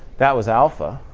that was alpha.